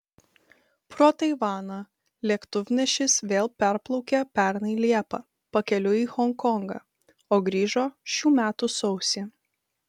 pro taivaną lėktuvnešis vėl praplaukė pernai liepą pakeliui į honkongą o grįžo šių metų sausį